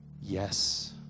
yes